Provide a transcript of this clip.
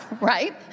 right